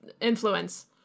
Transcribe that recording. influence